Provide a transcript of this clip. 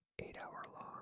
eight-hour-long